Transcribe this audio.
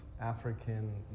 African